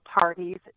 parties